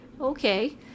Okay